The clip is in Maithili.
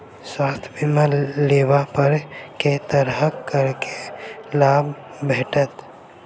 स्वास्थ्य बीमा लेबा पर केँ तरहक करके लाभ भेटत?